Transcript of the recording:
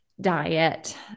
diet